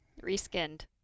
Reskinned